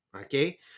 okay